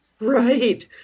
Right